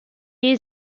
new